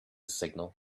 signal